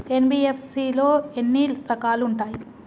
NBFC లో ఎన్ని రకాలు ఉంటాయి?